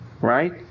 right